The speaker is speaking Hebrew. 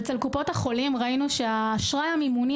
אצל קופות החולים ראינו שהאשראי המימוני